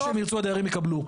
מה שהם ירצו, הדיירים יקבלו.